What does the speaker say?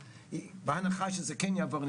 בהנחה שזה כן יעבור,